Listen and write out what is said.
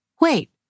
Wait